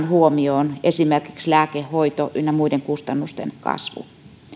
huomioon esimerkiksi lääke hoito ynnä muiden kustannusten kasvu